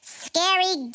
scary